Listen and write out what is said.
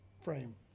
frame